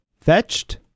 fetched